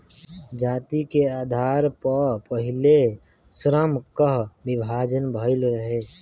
जाति के आधार पअ पहिले श्रम कअ विभाजन भइल रहे